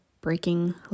breaking